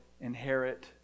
inherit